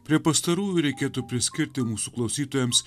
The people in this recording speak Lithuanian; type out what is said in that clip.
prie pastarųjų reikėtų priskirti mūsų klausytojams